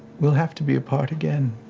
we'll have to be apart again.